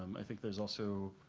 um i think there is also,